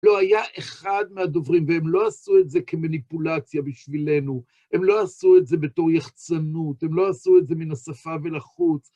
לא, היה אחד מהדוברים, והם לא עשו את זה כמניפולציה בשבילנו, הם לא עשו את זה בתור יחצנות, הם לא עשו את זה מן השפה ולחוץ.